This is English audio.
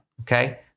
okay